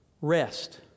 Rest